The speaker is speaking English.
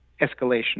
escalation